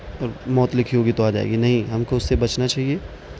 اور موت لکھی ہوگی تو آ جائے گی نہیں ہم کو اس سے بچنا چاہیے